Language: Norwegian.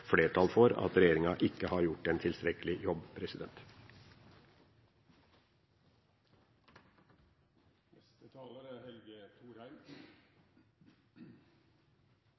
flertall for at regjeringa ikke har gjort en tilstrekkelig jobb.